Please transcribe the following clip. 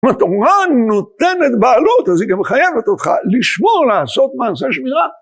אם התורה נותנת בעלות, אז היא גם מחייבת אותך לשמור, לעשות מעשה שמירה.